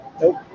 Nope